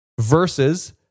versus